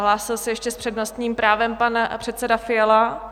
Hlásil se ještě s přednostním právem pan předseda Fiala?